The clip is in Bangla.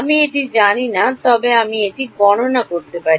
আমি এটি জানি না তবে আমি এটি গণনা করতে পারি